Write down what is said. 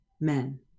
men